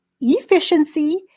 efficiency